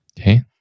Okay